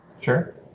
Sure